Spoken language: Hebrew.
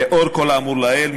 לאור כל האמור לעיל,